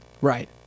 Right